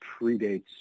predates